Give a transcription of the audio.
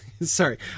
sorry